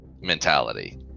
mentality